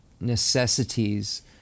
necessities